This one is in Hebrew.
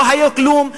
לא היה כלום,